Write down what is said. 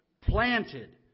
Planted